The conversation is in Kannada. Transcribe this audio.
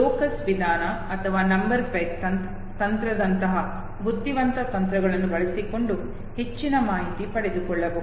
ಲೋಕಸ್ ವಿಧಾನ ಅಥವಾ ನಂಬರ್ ಪೆಗ್ ತಂತ್ರದಂತಹ ಬುದ್ಧಿವಂತ ತಂತ್ರಗಳನ್ನು ಬಳಸಿಕೊಂಡು ಹೆಚ್ಚಿನ ಮಾಹಿತಿ ಪಡೆದುಕೊಳ್ಳಬಹುದು